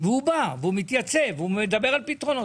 והוא בא והוא מתייצב, והוא מדבר על פתרונות.